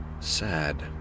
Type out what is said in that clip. Sad